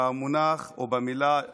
במונח או במילה "ירושלים".